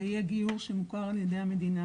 זה יהיה גיור שמוכר על ידי המדינה,